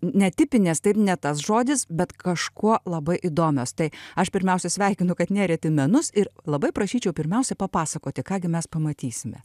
netipinės tai ne tas žodis bet kažkuo labai įdomios tai aš pirmiausia sveikinu kad nėrėt į menus ir labai prašyčiau pirmiausia papasakoti ką gi mes pamatysime